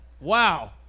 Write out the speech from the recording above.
Wow